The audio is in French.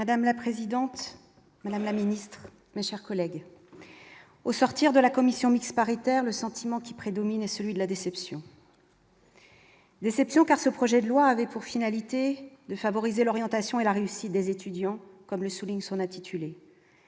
Madame la présidente, Madame la Ministre, mes chers collègues, au sortir de la commission mixte paritaire, le sentiment qui prédomine, celui de la déception. Déception car ce projet de loi avait pour finalité de favoriser l'orientation et la réussite des étudiants, comme le souligne son attitude